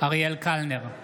אריאל קלנר,